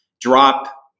drop